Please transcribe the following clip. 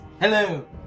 Hello